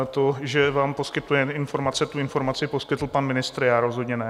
To, že vám poskytujeme informace, tu informaci poskytl pan ministr, já rozhodně ne.